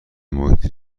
محیط